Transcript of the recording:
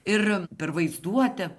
ir per vaizduotę